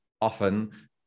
often